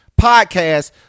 podcast